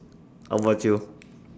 how about you